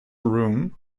room